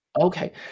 Okay